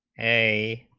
a